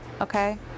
okay